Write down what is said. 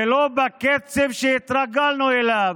ולא בקצב שהתרגלנו אליו,